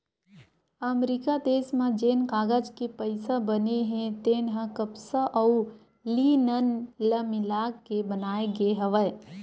अमरिका देस म जेन कागज के पइसा बने हे तेन ह कपसा अउ लिनन ल मिलाके बनाए गे हवय